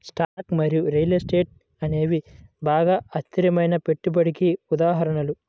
stocks మరియు real estate అనేవి బాగా అస్థిరమైన పెట్టుబడికి ఉదాహరణలు